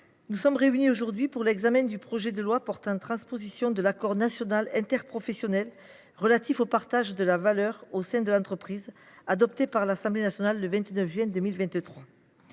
nous sommes réunis aujourd’hui pour l’examen du projet de loi portant transposition de l’accord national interprofessionnel relatif au partage de la valeur au sein de l’entreprise, projet de loi adopté par l’Assemblée nationale le 29 juin